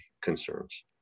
concerns